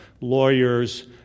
lawyers